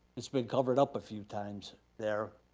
it's been covered up a few times there.